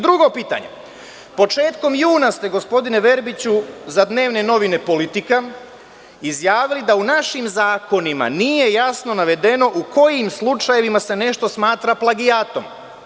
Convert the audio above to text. Drugo pitanje, početkom juna ste, gospodine Verbiću, za dnevne novine „Politika“ izjavili da u našim zakonima nije jasno navedeno u kojim slučajevima se nešto smatra plagijatom.